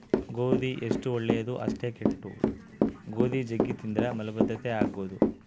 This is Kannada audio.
ಗೋಧಿ ಎಷ್ಟು ಒಳ್ಳೆದೊ ಅಷ್ಟೇ ಕೆಟ್ದು, ಗೋಧಿ ಜಗ್ಗಿ ತಿಂದ್ರ ಮಲಬದ್ಧತೆ ಆಗಬೊದು